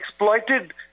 exploited